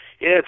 Yes